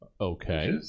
Okay